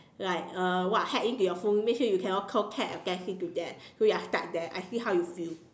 like uh what hack in to your phone make sure you cannot call Pat or Cassie to there so you are stuck there I see how you feel